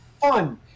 fun